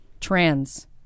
Trans